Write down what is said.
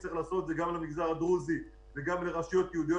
צריך לעשות את זה גם למגזר הדרוזי וגם לרשויות יהודיות